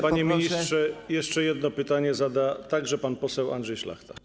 Panie ministrze, jeszcze jedno pytanie zada także pan poseł Andrzej Szlachta.